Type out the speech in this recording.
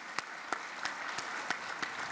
כפיים)